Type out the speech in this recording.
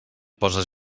poses